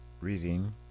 reading